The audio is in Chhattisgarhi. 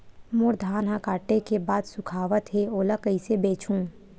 मोर धान ह काटे के बाद सुखावत हे ओला कइसे बेचहु?